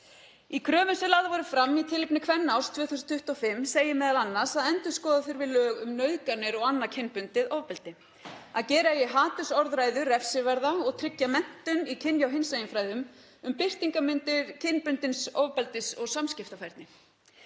Í kröfum sem lagðar voru fram í tilefni Kvennaárs 2025 segir m.a. að endurskoða þurfi lög um nauðganir og annað kynbundið ofbeldi, að gera eigi hatursorðræðu refsiverða og tryggja menntun í kynja- og hinsegin fræðum, um birtingarmyndir kynbundins ofbeldis og í samskiptafærni,